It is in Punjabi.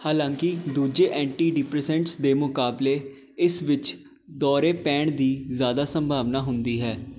ਹਾਲਾਂਕਿ ਦੂਜੇ ਐਂਟੀਡਿਪਰੇਸੈਂਟਸ ਦੇ ਮੁਕਾਬਲੇ ਇਸ ਵਿੱਚ ਦੌਰੇ ਪੈਣ ਦੀ ਜ਼ਿਆਦਾ ਸੰਭਾਵਨਾ ਹੁੰਦੀ ਹੈ